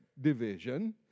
division